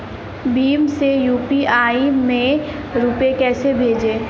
भीम से यू.पी.आई में रूपए कैसे भेजें?